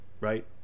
right